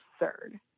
absurd